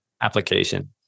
Application